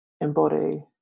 embody